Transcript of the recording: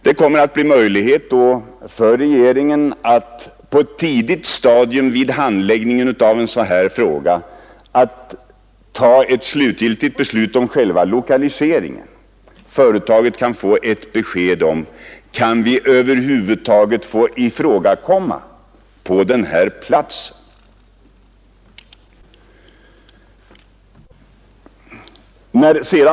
Det kommer att bli möjligt för regeringen att vid handläggningen av en sådan här fråga på ett tidigt stadium fatta ett definitivt beslut om själva lokaliseringen. Företaget kan då få ett besked om huruvida det över huvud taget kan ifrågakomma på den plats det gäller.